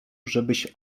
żebyś